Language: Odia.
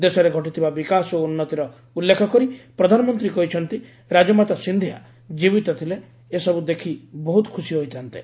ଦେଶରେ ଘଟିଥିବା ବିକାଶ ଓ ଉନ୍ନତିର ଉଲ୍ଲ୍ଲେଖ କରି ପ୍ରଧାନମନ୍ତ୍ରୀ କହିଛନ୍ତି ରାଜମାତା ସିନ୍ଧିଆ ଜୀବିତ ଥିଲେ ଏ ସବୁ ଦେଖି ବହୁତ ଖୁସି ହୋଇଥାନ୍ତେ